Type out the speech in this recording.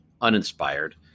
uninspired